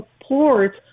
support